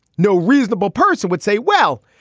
no reasonable person would say, well,